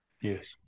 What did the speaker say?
Yes